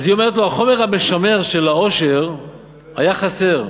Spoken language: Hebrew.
אז היא אומרת לו: החומר המשמר של העושר היה חסר.